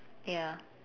ya